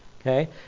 Okay